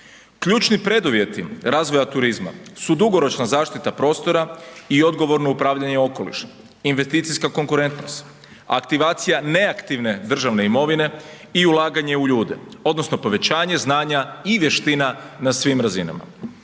Ključni preduvjeti razvoja turizma su dugoročna zaštita prostora i odgovorno upravljanje okolišom, investicijska konkurentnost, aktivacija neaktivne državne imovine i ulaganje u ljude odnosno povećanje znanja i vještina na svim razinama.